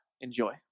Enjoy